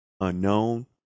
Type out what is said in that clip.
unknown